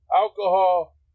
alcohol